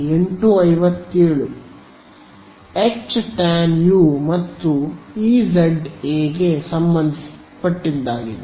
H ಟ್ಯಾನ್ ಯು ಮತ್ತು ಇ z ಎ ಗೆ ಸಂಬಂಧ ಪಟ್ಟಿದ್ದಾಗಿದೆ